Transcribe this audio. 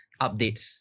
updates